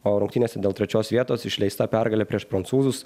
o rungtynėse dėl trečios vietos išleista pergalė prieš prancūzus